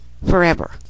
forever